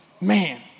Man